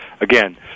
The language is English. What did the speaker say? again